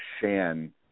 Shan